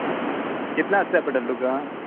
कितल्यां अशें जाय पडटलें तुका